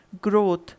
growth